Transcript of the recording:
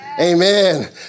Amen